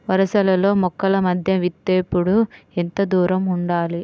వరసలలో మొక్కల మధ్య విత్తేప్పుడు ఎంతదూరం ఉండాలి?